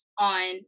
on